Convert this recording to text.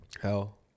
Hell